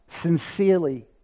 sincerely